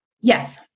Yes